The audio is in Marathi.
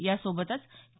यासोबतच के